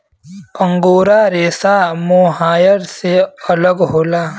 angora रेसा mohair से अलग होला